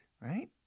Right